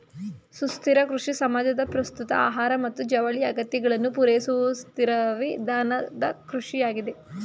ಸುಸ್ಥಿರ ಕೃಷಿ ಸಮಾಜದ ಪ್ರಸ್ತುತ ಆಹಾರ ಮತ್ತು ಜವಳಿ ಅಗತ್ಯಗಳನ್ನು ಪೂರೈಸುವಸುಸ್ಥಿರವಿಧಾನದಕೃಷಿಯಾಗಿದೆ